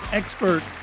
expert